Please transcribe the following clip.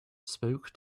spoke